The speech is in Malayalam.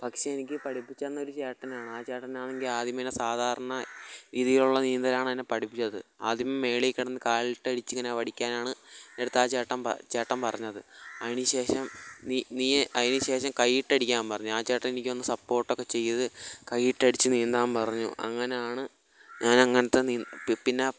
പക്ഷെ എനിക്ക് പഠിപ്പിച്ച് തന്നൊരു ചേട്ടനാണ് ആ ചേട്ടനാണെങ്കില് ആദ്യമെന്നെ സാധാരണ രീതിയിലുള്ള നീന്തലാണെന്നെ പഠിപ്പിച്ചത് ആദ്യമെ മേളിക്കിടന്ന് കാലിട്ടടിച്ചിങ്ങനെ പഠിക്കാനാണ് എൻ്റടുത്താച്ചേട്ടൻ ചേട്ടൻ പറഞ്ഞത് അതിനുശേഷം അതിനുശേഷം കൈയിട്ടടിക്കാൻ പറഞ്ഞു ആ ചേട്ടനെനിക്ക് സപ്പോട്ടൊക്കെ ചെയ്ത് കൈയ്യിട്ടടിച്ച് നീന്താന് പറഞ്ഞു അങ്ങനാണ് ഞാനങ്ങനത്തെ പിന്നെ